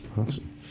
awesome